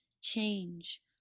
change